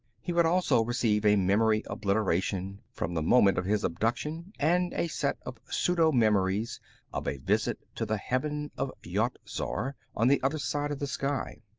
he would also receive a memory-obliteration from the moment of his abduction, and a set of pseudo-memories of a visit to the heaven of yat-zar, on the other side of the sky.